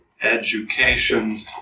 education